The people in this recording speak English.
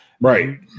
Right